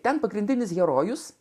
ten pagrindinis herojus